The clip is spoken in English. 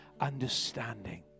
understanding